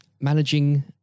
managing